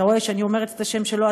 אתה רואה שאני אומרת את השם שלו,